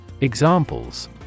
Examples